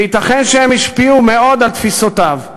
וייתכן שהן השפיעו מאוד על תפיסותיו.